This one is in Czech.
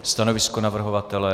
Stanovisko navrhovatele?